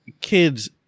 kids